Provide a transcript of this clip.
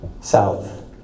South